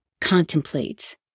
contemplate